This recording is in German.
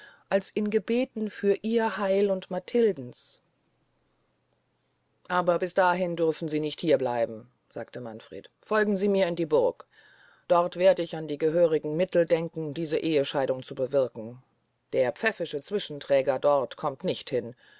als in gebeten für ihr heil und matildens aber bis dahin dürfen sie nicht hier bleiben sagte manfred folgen sie mir in die burg dort werd ich an die gehörigen mittel denken eine ehescheidung zu bewirken der pfäffische zwischenträger kommt dort nicht hin